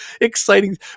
exciting